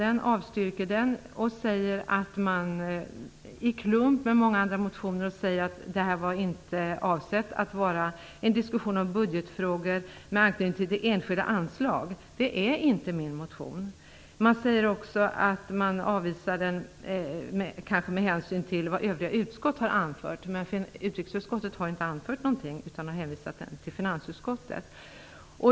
Det avfärdar den och avstyrker den i klump med många andra motioner och säger att avsikten inte är att föra en diskussion om budgetfrågor med anknytning till enskilda anslag. Det görs inte i min motion. Finansutskottet säger också att man avvisar motionen med hänsyn till vad övriga utskottet har anfört. Men utrikesutskottet har inte anfört någonting, utan har hänvisat motionen till finansutskottet.